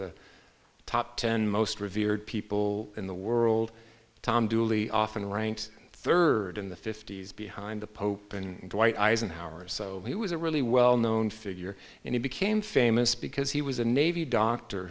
the top ten most revered people in the world tom dooley often ranked third in the fifty's behind the pope and white eisenhower so he was a really well known figure and he became famous because he was a navy doctor